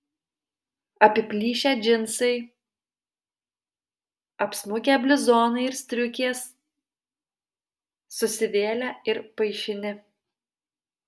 apiplyšę džinsai apsmukę bliuzonai ir striukės susivėlę ir paišini